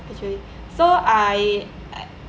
so I